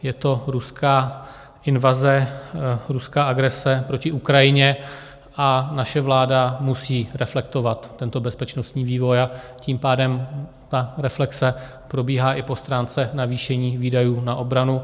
Je to ruská invaze, ruská agrese proti Ukrajině, a naše vláda musí reflektovat tento bezpečnostní vývoj, a tím pádem ta reflexe probíhá i po stránce navýšení výdajů na obranu.